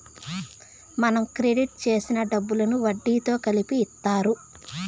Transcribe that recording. మనం క్రెడిట్ చేసిన డబ్బులను వడ్డీతో కలిపి ఇత్తారు